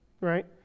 right